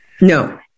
No